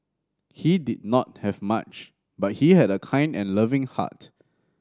he did not have much but he had a kind and loving heart